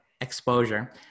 exposure